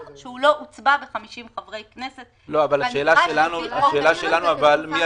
שהוא לא הוצבע ב-50 חברי כנסת כנדרש לפי חוק היסוד.